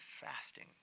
fasting